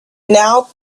now